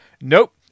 Nope